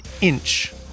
inch